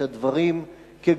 את הדברים כגופם.